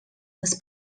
les